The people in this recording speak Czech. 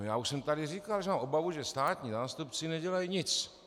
Já už jsem tady říkal, že mám obavu, že státní zástupci nedělají nic.